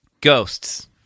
Ghosts